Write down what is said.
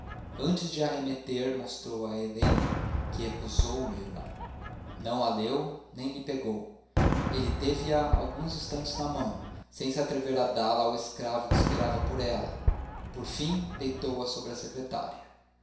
antes de a remeter mostrou a a helena que recusou lê-la não a leu nem lhe pegou ele teve a alguns instantes na mão sem se atrever a dá-la ao escravo que esperava por ela por fim deitou-a sobre a secretária